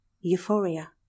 euphoria